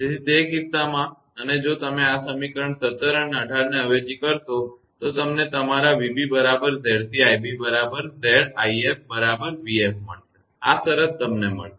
તેથી તે કિસ્સામાં અને જો તમે આ સમીકરણ 17 અને 18 ને અવેજી કરશો તો તમને તમારા 𝑣𝑏 બરાબર 𝑍𝑐𝑖𝑏 બરાબર 𝑍𝑖𝑓 બરાબર vf મળશે આ શરત તમને મળશે